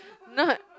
not